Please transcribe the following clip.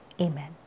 Amen